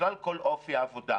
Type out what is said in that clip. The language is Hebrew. זה בכלל כל אופי העבודה.